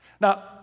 Now